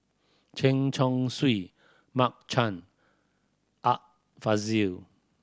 Chen Chong Swee Mark Chan Art Fazil